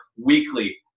weekly